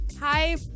Hi